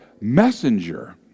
messenger